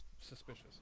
suspicious